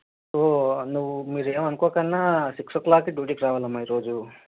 so నువ్వు మీరు ఏమి అనుకోకున్నా సిక్స్ ఓ క్లాక్కి డ్యూటీకి రావాలి అమ్మా ఈరోజు